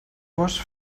gos